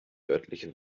örtliche